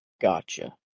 gotcha